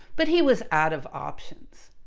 but he was out of options.